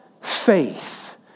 faith